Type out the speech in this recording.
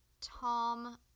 Tom